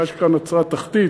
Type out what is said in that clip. מה שנקרא נצרת-תחתית,